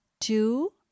two